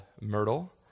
Myrtle